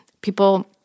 people